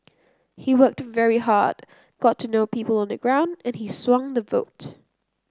he worked very hard got to know people on the ground and he swung the vote